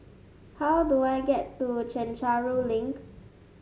how do I get to Chencharu Link